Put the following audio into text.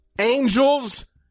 Angels